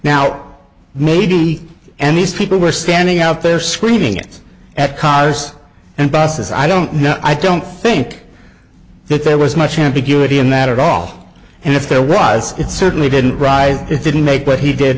now maybe and these people were standing out there screaming at cars and buses i don't know i don't think that there was much ambiguity in that at all and if there was it certainly didn't rise it didn't make what he did